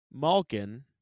Malkin